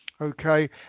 okay